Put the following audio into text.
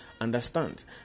Understand